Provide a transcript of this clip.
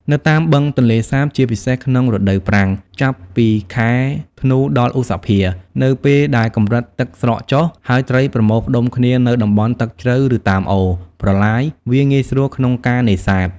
នៅតាមបឹងទន្លេសាប ជាពិសេសក្នុងរដូវប្រាំង ចាប់ពីខែធ្នូ ដល់ឧសភា នៅពេលដែលកម្រិតទឹកស្រកចុះ ហើយត្រីប្រមូលផ្តុំគ្នានៅតំបន់ទឹកជ្រៅ ឬតាមអូរ ប្រឡាយ វាងាយស្រួលក្នុងការនេសាទ។